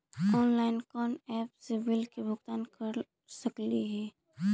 Online कोन app से bill के भुगतान कर सकली ही?